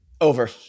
Over